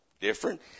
different